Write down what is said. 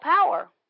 power